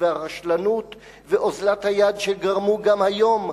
והרשלנות ואוזלת היד שגרמו גם היום,